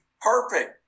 perfect